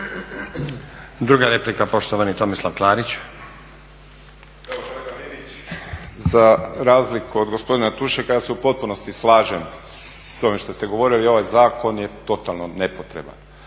Tomislav (HDZ)** Kolega Linić za razliku od gospodina Tušaka ja se u potpunosti slažem s ovim što ste govorili i ovaj zakon je totalno nepotreban.